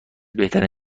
بهترین